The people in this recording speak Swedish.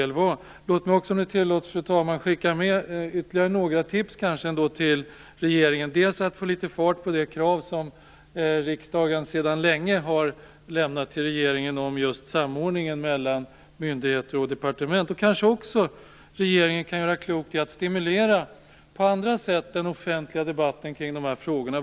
Låt mig också, fru talman, skicka med ytterligare några tips till regeringen för att få litet fart på det krav som riksdagen sedan länge har lämnat till regeringen om just samordningen mellan myndigheter och departement. Den offentliga debatten kring de här frågorna kanske regeringen också kan göra klokt i att stimulera på andra sätt.